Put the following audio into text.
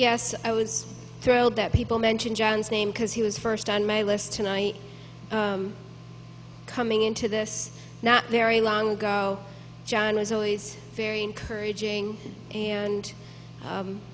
yes i was thrilled that people mentioned john's name because he was first on my list tonight coming into this now there a long ago john was always very encouraging and